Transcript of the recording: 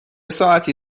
ساعتی